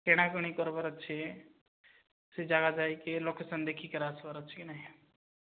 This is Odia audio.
କିଣାକିଣି କରିବାର ଅଛି ସେଇ ଜାଗା ଯାଇକି ଲୋକେସନ୍ ଦେଖିକିରି ଆସିବାର ଅଛି କି ନାଇଁ